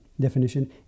definition